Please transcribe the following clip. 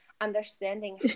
understanding